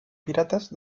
piratas